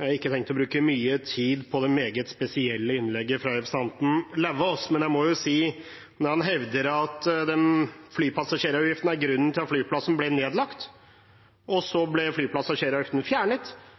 Jeg har ikke tenkt å bruke mye tid på det meget spesielle innlegget fra representanten Lauvås, men jeg må si at når han hevder at flypassasjeravgiften er grunnen til at flyplassen ble nedlagt, og så ble flypassasjeravgiften fjernet,